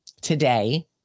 Today